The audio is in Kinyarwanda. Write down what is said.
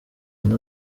will